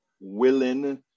willing